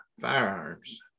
firearms